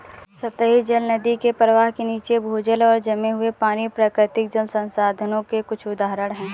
सतही जल, नदी के प्रवाह के नीचे, भूजल और जमे हुए पानी, प्राकृतिक जल संसाधनों के कुछ उदाहरण हैं